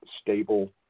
stable